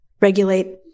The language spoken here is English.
regulate